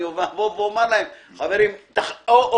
לא אומר להם: או זה,